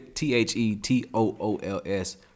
T-H-E-T-O-O-L-S